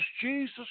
Jesus